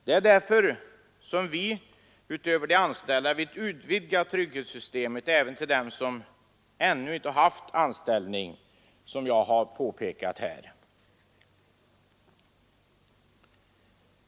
Det är därför vi utöver de anställda vill utvidga trygghetssystemet även till dem som ännu inte haft en anställning, vilket jag redan har påpekat.